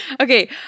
Okay